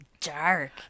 dark